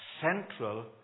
central